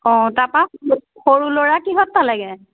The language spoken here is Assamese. অঁ তাপা সৰু ল'ৰা কিহত পালেগে